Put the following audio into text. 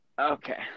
Okay